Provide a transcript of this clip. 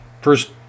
first